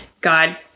God